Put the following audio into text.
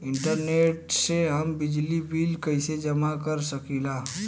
Internet से हम बिजली बिल कइसे जमा कर सकी ला?